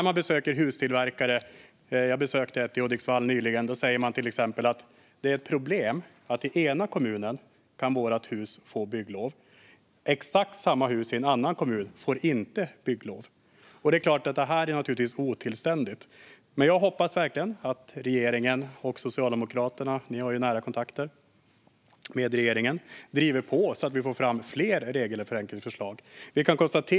Jag besökte nyligen en hustillverkare i Hudiksvall som sa: Problemet är att man i en kommun kan få bygglov för vårt hus medan man i en annan kommun inte får bygglov för ett exakt likadant hus. Detta är givetvis otillständigt. Jag hoppas att regeringen och Socialdemokraterna - ni har ju nära kontakter med regeringen - driver på så att vi får fram fler regelförenklingsförslag.